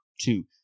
two